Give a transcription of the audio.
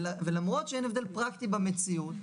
ולמרות שאין הבדל פרקטי במציאות,